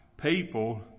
People